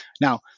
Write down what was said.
Now